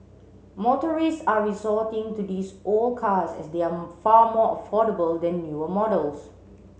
motorists are resorting to these old cars as they are far more affordable than newer models